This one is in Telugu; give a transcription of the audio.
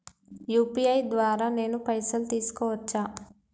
యూ.పీ.ఐ ద్వారా నేను పైసలు తీసుకోవచ్చా?